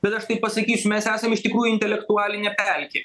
bet aš taip pasakysiu mes esam iš tikrųjų intelektualinė pelkė